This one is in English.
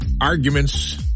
arguments